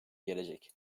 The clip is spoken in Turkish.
gelecek